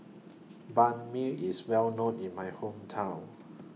Banh MI IS Well known in My Hometown